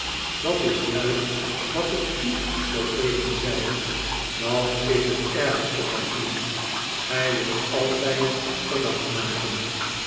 dat is juist wat ik u zooeven zei dat is het ergste van u gij wilt altijd verdacht maken